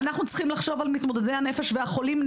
אנחנו צריכים לחשוב על מתמודדי הנפש ועל החולים,